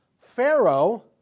Pharaoh